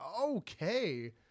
Okay